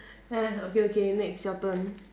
okay okay next your turn